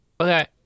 Okay